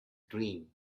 dream